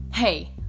Hey